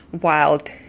wild